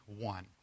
one